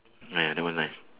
ah ya that one nice